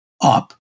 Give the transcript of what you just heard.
up